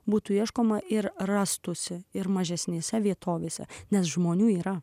būtų ieškoma ir rastųsi ir mažesnėse vietovėse nes žmonių yra